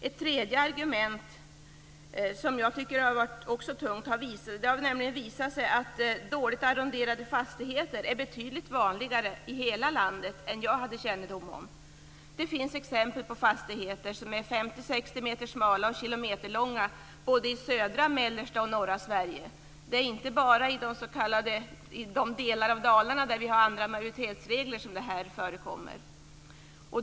Ett tredje argument, som jag också tycker har vägt tungt, är att det har visat sig att dåligt arronderade fastigheter är betydligt vanligare i hela landet än jag hade kännedom om. Det finns exempel på fastigheter som är 50-60 meter smala och kilometerlånga både i södra, mellersta och norra Sverige. Det är inte bara i de delar av Dalarna där vi har andra majoritetsregler som det här förekommer.